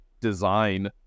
design